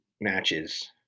matches